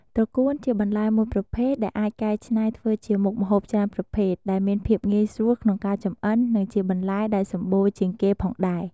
ត្រកួនជាបន្លែមួយប្រភេទដែលអាចកែច្នៃធ្វើជាមុខម្ហូបច្រើនប្រភេទ ដែលមានភាពងាយស្រួលក្នុងការចម្អិន និងជាបន្លែដែលសំបូរជាងគេផងដែរ។